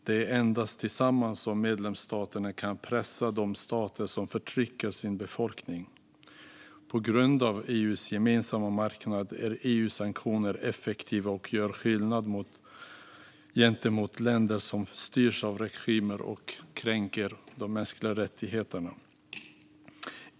Det är endast tillsammans som medlemsstaterna kan pressa de stater som förtrycker sin befolkning. På grund av EU:s gemensamma marknad är EU-sanktioner effektiva, och de gör skillnad gentemot länder som styrs av regimer som kränker de mänskliga rättigheterna.